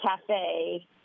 cafe